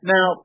Now